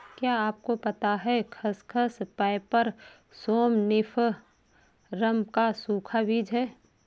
क्या आपको पता है खसखस, पैपर सोमनिफरम का सूखा बीज है?